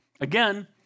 again